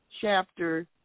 chapter